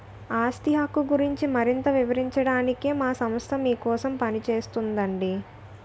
ఆస్తి హక్కు గురించి మరింత వివరించడానికే మా సంస్థ మీకోసం పనిచేస్తోందండి